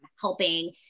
helping